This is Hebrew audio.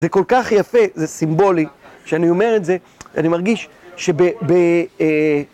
זה כל כך יפה, זה סימבולי, כשאני אומר את זה, אני מרגיש שב...